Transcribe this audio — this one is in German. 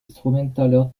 instrumentaler